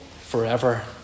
forever